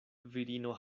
virino